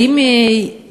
האם היא הייתה,